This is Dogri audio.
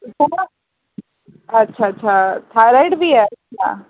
अच्छा अच्छा थाइराइड बी ऐ